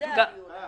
זה הדיון האמיתי.